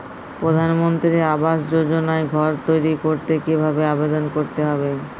প্রধানমন্ত্রী আবাস যোজনায় ঘর তৈরি করতে কিভাবে আবেদন করতে হবে?